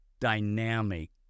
Dynamic